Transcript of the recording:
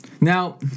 Now